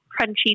crunchy